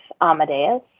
Amadeus